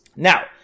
Now